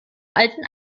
alten